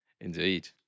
Indeed